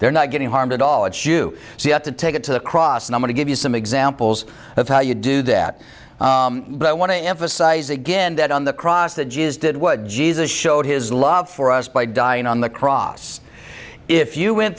they're not getting harmed at all it's you see have to take it to the cross and i want to give you some examples of how you do that but i want to emphasize again that on the cross that is did what jesus showed his love for us by dying on the cross if you went